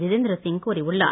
ஜிதேந்திர சிங் கூறியுள்ளார்